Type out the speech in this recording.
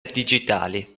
digitali